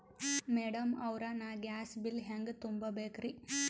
Madam ಅವ್ರ, ನಾ gas bill ಹೆಂಗ ತುಂಬಾ ಬೇಕ್ರಿ?